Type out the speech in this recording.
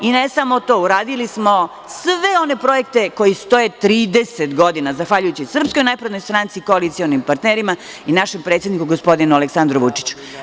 I ne samo to, uradili smo sve one projekte koji stoje 30 godina, zahvaljujući SNS, koalicionim partnerima i našem predsedniku gospodinu Aleksandru Vučiću.